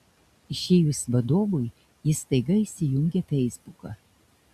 išėjus vadovui jis staiga įsijungia feisbuką